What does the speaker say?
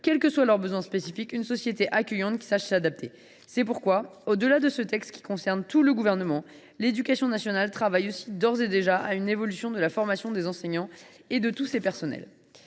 quels que soient leurs besoins spécifiques, une société accueillante qui sache s’adapter. C’est pourquoi, au delà de ce texte qui concerne tout le Gouvernement, l’éducation nationale travaille d’ores et déjà à une évolution de la formation des enseignants et de tous ses personnels.